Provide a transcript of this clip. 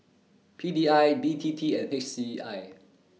P D I B T T and H C I